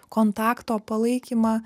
kontakto palaikymą